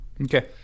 Okay